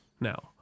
now